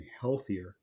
healthier